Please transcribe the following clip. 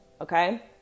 okay